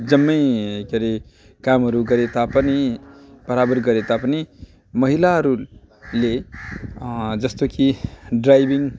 जम्मै के अरे कामहरू गरे तापनि बराबर गरे तापनि महिलाहरूले जस्तो कि ड्राइभिङ